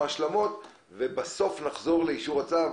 השלמות ודברים נוספים, ובסוף נחזור לאישור הצו.